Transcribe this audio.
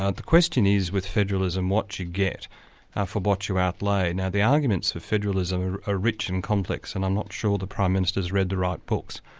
the question is, with federalism, what you get for what you outlay. now the arguments for federalism are ah rich and complex and i'm not sure the prime minister's read the right books.